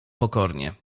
pokornie